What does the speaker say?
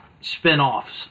spin-offs